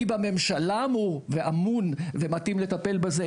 מי בממשלה אמור ואמון ומתאים לטפל בזה,